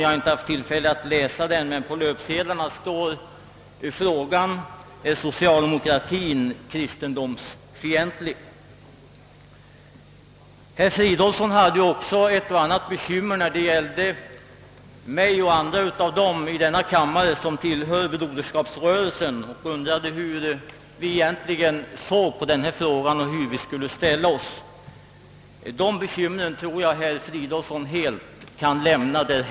Jag har inte haft tillfälle att läsa den, men på löpsedeln står: »Är socialdemokratien kristendomsfientlig?» Herr Fridolfsson hade också en del bekymmer när det gäller mig och andra i denna kammare som tillhör Broderskapsrörelsen. Han undrar hur vi egentligen såg på detta problem och hur vi skulle ställa oss. De bekymren tror jag att herr Fridolfsson kan lämna därhän.